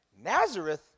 Nazareth